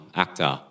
actor